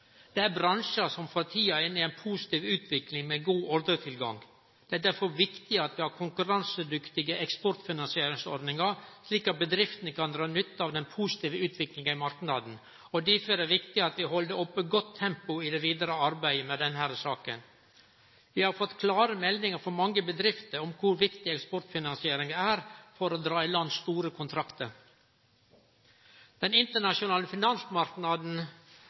Det er bransjar som for tida er inne i ei positiv utvikling med god ordretilgang. Det er derfor viktig at vi har konkurransedyktige eksportfinansieringsordningar, slik at bedriftene kan dra nytte av den positive utviklinga i marknaden. Derfor er det viktig at vi held oppe godt tempo i det vidare arbeidet med denne saka. Vi har fått klare meldingar frå mange bedrifter om kor viktig eksportfinansiering er for å dra i land store kontraktar. Den internasjonale finansmarknaden